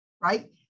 right